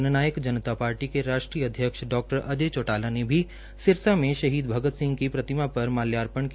जन नायक जनता पार्टी के राष्ट्रीय अध्यक्ष डा अजय चौटाला ने भी सिरसा में शहीद भगत सिंह की प्रतिमा पर माल्यापर्ण किया